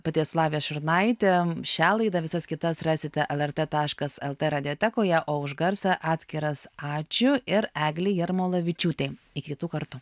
pati esu lavija šurnaitė šią laidą visas kitas rasite lrt taškas lt radiotekoje o už garsą atskiras ačiū ir eglei jarmolavičiūtei iki tų kartų